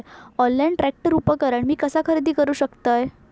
Online tractor उपकरण मी कसा खरेदी करू शकतय?